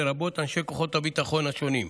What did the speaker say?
לרבות אנשי כוחות הביטחון השונים,